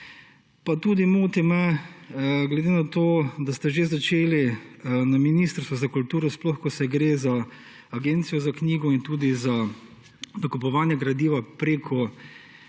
za kulturo. Pa glede na to, da ste že začeli na Ministrstvu za kulturo, sploh ko gre za Agencijo za knjigo in tudi za nakupovanje gradiva prek